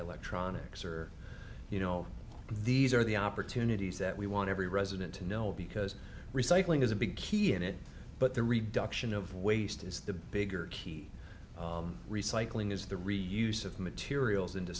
electronics or you know these are the opportunities that we want every resident to know because recycling is a big key in it but the reduction of waste is the bigger key recycling is the reuse of materials into